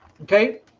Okay